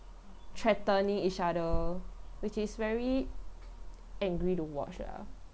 threatening each other which is very angry to watch lah